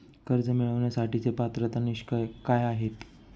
कर्ज मिळवण्यासाठीचे पात्रता निकष काय आहेत?